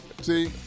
See